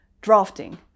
drafting